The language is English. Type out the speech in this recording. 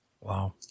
Wow